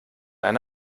eine